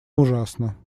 ужасно